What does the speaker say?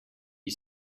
you